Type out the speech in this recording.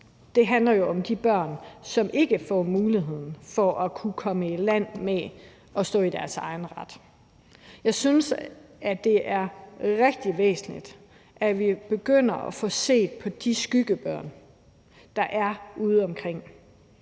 der handler om de børn, som ikke får muligheden for at komme i land med at stå i deres egen ret. Jeg synes, at det er rigtig væsentligt, at vi begynder at få set på de skyggebørn, der er udeomkring.